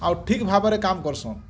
ଆଉ ଠିକ୍ ଭାବରେ କାମ କରସନ୍